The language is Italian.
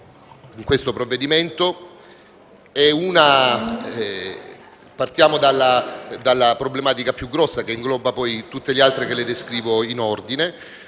in questo provvedimento. Partiamo dalla problematica più rilevante, che ingloba tutte le altre che descrivo in ordine,